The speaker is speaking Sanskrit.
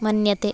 मन्यते